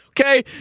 Okay